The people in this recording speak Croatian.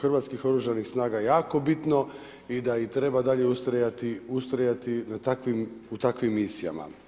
hrvatskih Oružanih snaga jako bitno i da treba i dalje ustrajati u takvim misijama.